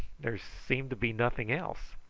there seemed to be nothing else.